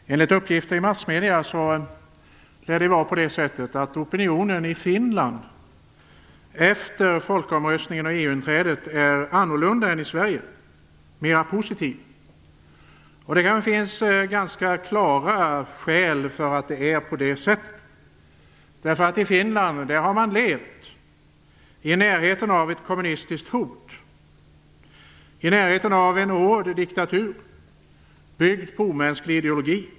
Herr talman! Enligt uppgifter i massmedierna lär det vara på det sättet att opinionen i Finland efter folkomröstningen om EU-inträdet är annorlunda än i Sverige. Den är mera positiv. Det finns ganska goda skäl till att det är på det sättet. I Finland har man levt i närheten av ett kommunistiskt hot, i närheten av en hård diktatur byggd på en omänsklig ideologi.